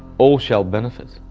all shall benefit,